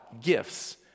gifts